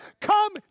Come